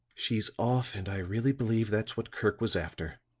she's off, and i really believe that's what kirk was after.